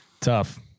Tough